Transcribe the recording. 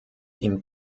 ihm